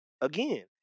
Again